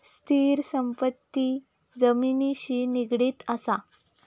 स्थिर संपत्ती जमिनिशी निगडीत असा